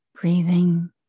breathing